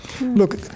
Look